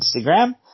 Instagram